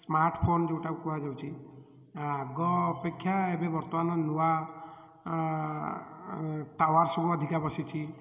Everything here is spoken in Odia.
ସ୍ମାର୍ଟ ଫୋନ୍ ଯେଉଁଟାକୁ କୁହାଯାଉଛି ଆଗ ଅପେକ୍ଷା ଏବେ ବର୍ତ୍ତମାନ ନୂଆ ଟାୱାର୍ ସବୁ ଅଧିକା ବସିଛି